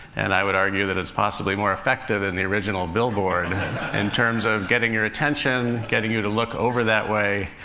and i would argue that it's possibly more effective than and the original billboard in terms of getting your attention, getting you to look over that way.